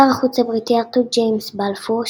שר החוץ הבריטי ארתור ג'יימס בלפור,